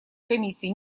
комиссии